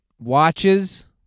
watches